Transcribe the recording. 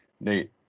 Nate